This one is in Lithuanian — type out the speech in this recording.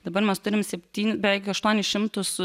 dabar mes turime septyn beveik aštuonis šimtus